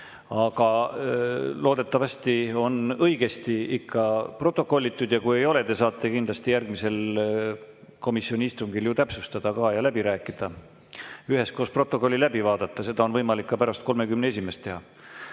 Aga loodetavasti on ikka õigesti protokollitud ja kui ei ole, siis te saate kindlasti järgmisel komisjoni istungil täpsustada ja ka läbi rääkida, üheskoos protokolli läbi vaadata. Seda on võimalik ka pärast 31.